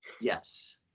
Yes